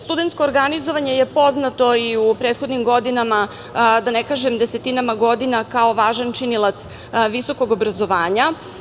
Studentsko organizovanje je poznato i u prethodnim godinama, da ne kažem desetinama godina, kao važan činilac visokog obrazovanja.